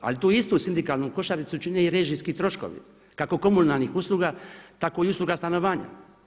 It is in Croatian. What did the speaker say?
Ali tu istu sindikalnu košaricu čine i režijski troškovi kako komunalnih usluga tako i usluga stanovanja.